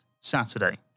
Saturday